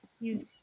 use